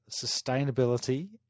sustainability